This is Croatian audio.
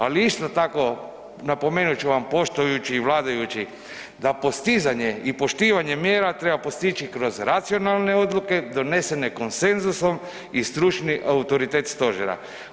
Ali isto tako napomenut ću vam poštujući i vladajući da postizanje i poštivanje mjera treba postići kroz racionalne odluke donesene konsenzusom i stručni autoritet stožera.